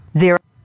zero